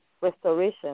Restoration